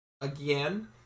again